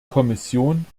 kommission